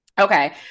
Okay